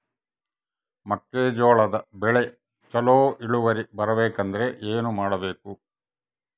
ಮೆಕ್ಕೆಜೋಳದ ಬೆಳೆ ಚೊಲೊ ಇಳುವರಿ ಬರಬೇಕಂದ್ರೆ ಏನು ಮಾಡಬೇಕು?